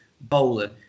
bowler